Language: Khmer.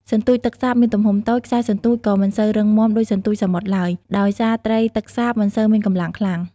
សន្ទូចទឹកសាបមានទំហំតូច ខ្សែសន្ទូចក៏មិនសូវរឹងមាំដូចសន្ទូចសមុទ្រឡើយ ដោយសារត្រីទឹកសាបមិនសូវមានកម្លាំងខ្លាំង។